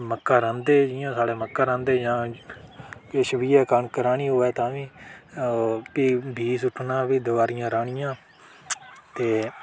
मक्कां रांह्दे जियां साढ़ै मक्कां रांह्दे जां किश बी एह् ऐ कनक राह्नी होऐ तां बी फ्ही बीऽ सुट्टना फ्ही दबारा राह्नियां ते